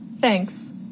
Thanks